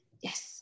Yes